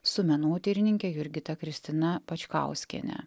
su menotyrininke jurgita kristina pačkauskiene